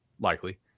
likely